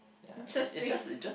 interesting